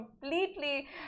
completely